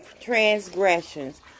Transgressions